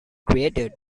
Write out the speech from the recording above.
created